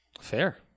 Fair